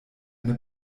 eine